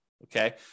Okay